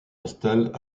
installent